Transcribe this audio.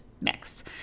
mix